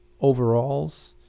overalls